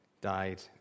died